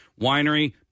Winery